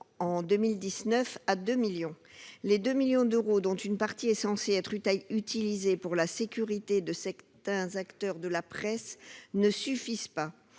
en 2019 à 2 millions d'euros. Cette somme, dont une partie est censée être utilisée pour la sécurité de certains acteurs de la presse, ne suffit pas.